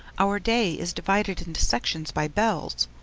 our day is divided into sections by bells.